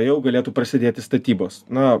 jau galėtų prasidėti statybos na o